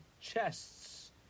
chests